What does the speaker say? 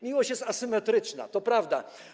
Miłość jest asymetryczna, to prawda.